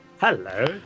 Hello